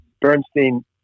Bernstein